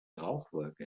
rauchwolke